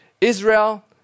Israel